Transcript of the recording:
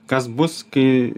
kas bus kai